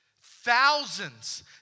thousands